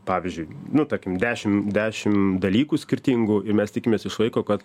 pavyzdžiui nu tarkim dešimt dešimt dalykų skirtingų į mes tikimės iš vaiko kad